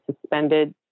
suspended